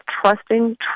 trusting